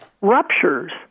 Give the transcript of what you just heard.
ruptures